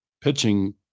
pitching